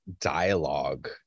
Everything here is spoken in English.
dialogue